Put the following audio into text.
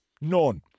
None